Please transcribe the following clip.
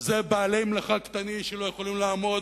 בעלי-מלאכה קטנים שלא יכולים לעמוד